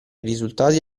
risultati